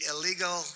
illegal